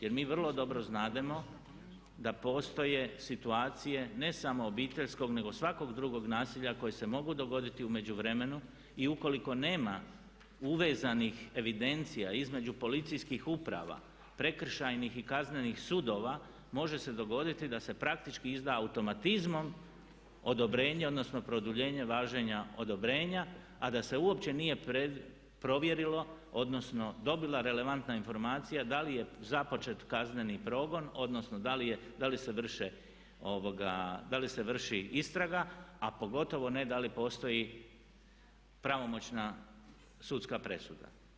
Jer mi vrlo dobro znamo da postoje situacije ne samo obiteljskog, nego svakog drugog nasilja koje se mogu dogoditi u međuvremenu i ukoliko nema uvezanih evidencija između policijskih uprava, prekršajnih i kaznenih sudova može se dogoditi da se praktički izda automatizmom odobrenje odnosno produljenje važenja odobrenja a da se uopće provjerilo odnosno dobila relevantna informacija da li je započet kazneni progon, odnosno da li se vrši istraga, a pogotovo ne da li postoji pravomoćna sudska presuda.